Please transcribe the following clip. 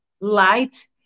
light